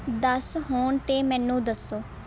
ਦਸ ਹੋਣ 'ਤੇ ਮੈਨੂੰ ਦੱਸੋ